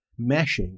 meshing